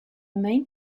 main